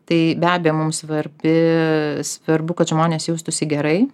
tai be abejo mums svarbi svarbu kad žmonės jaustųsi gerai